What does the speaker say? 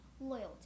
loyalty